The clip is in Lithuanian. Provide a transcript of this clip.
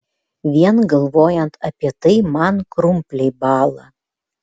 vien galvojant apie tai man krumpliai bąla